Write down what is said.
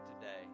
today